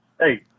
Hey